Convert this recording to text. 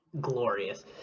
glorious